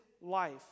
life